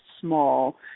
small